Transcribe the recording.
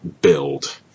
build